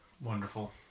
Wonderful